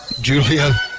Julia